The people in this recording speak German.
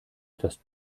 etwas